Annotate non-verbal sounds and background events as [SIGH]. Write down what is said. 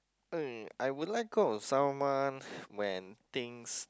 uh I would let go of someone [BREATH] when things